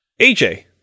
AJ